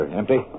empty